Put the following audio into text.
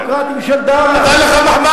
או בעד הדמוקרטים של דרעה, נתן לך מחמאה.